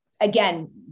Again